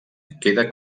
queda